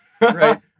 right